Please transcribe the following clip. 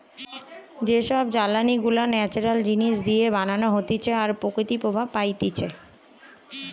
যে সব জ্বালানি গুলা ন্যাচারাল জিনিস দিয়ে বানানো হতিছে আর প্রকৃতি প্রভাব পাইতিছে